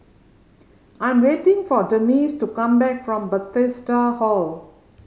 I'm waiting for Denisse to come back from Bethesda Hall